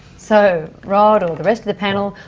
so, rod, or the rest of the panel,